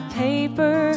paper